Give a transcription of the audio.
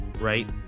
right